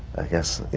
i guess, you